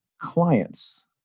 clients